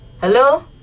Hello